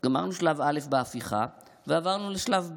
גמרנו שלב א' בהפיכה ועברנו לשלב ב',